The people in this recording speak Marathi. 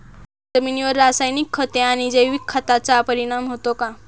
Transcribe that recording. जमिनीवर रासायनिक खते आणि जैविक खतांचा परिणाम होतो का?